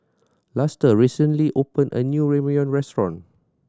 Luster recently opened a new Ramyeon Restaurant